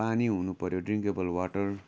पानी हुनुपर्यो drinkable water